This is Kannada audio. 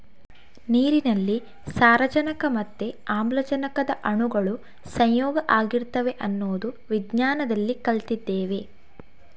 ನೀರಿನಲ್ಲಿ ಸಾರಜನಕ ಮತ್ತೆ ಆಮ್ಲಜನಕದ ಅಣುಗಳು ಸಂಯೋಗ ಆಗಿರ್ತವೆ ಅನ್ನೋದು ವಿಜ್ಞಾನದಲ್ಲಿ ಕಲ್ತಿದ್ದೇವೆ